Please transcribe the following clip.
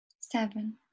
seven